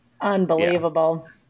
Unbelievable